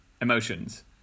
emotions